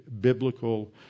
biblical